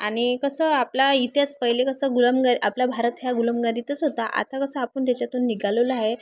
आणि कसं आपला इतिहास पहिले कसं गुलामगिरी आपल्या भारत ह्या गुलामगिरीतच होता आता कसं आपण त्याच्यातून निघालेलो आहे